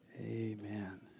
Amen